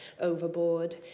overboard